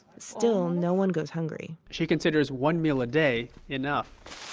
still, no one goes hungry she considers one meal a day enough.